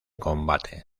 combate